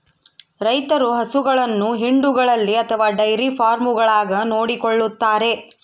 ರೈತರು ಹಸುಗಳನ್ನು ಹಿಂಡುಗಳಲ್ಲಿ ಅಥವಾ ಡೈರಿ ಫಾರ್ಮ್ಗಳಾಗ ನೋಡಿಕೊಳ್ಳುತ್ತಾರೆ